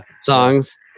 songs